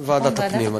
ועדת הפנים.